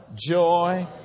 joy